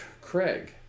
Craig